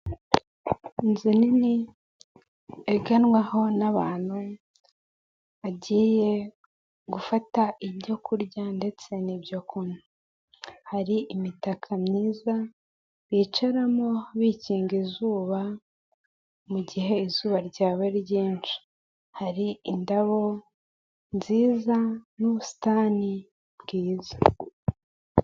Inzu nini, iganwaho n'abantu, bagiye gufata ibyo kurya ndetse n'ibyo kunywa, hari imitaka myiza, bicaramo bikinga izuba, mu gihe izuba ryaba ryinshi, hari indabo nziza n'ubusitani bwiza.